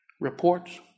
reports